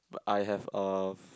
but I have a